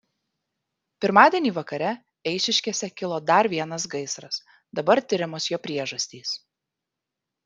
pirmadienį vakare eišiškėse kilo dar vienas gaisras dabar tiriamos jo priežastys